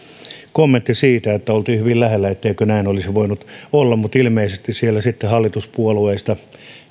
kommentti siitä että oltiin hyvin lähellä etteikö näin olisi voinut olla mutta ilmeisesti siellä sitten hallituspuolueista